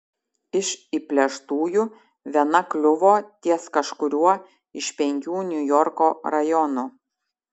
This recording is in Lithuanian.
iš įplėštųjų viena kliuvo ties kažkuriuo iš penkių niujorko rajonų